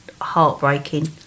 heartbreaking